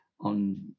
on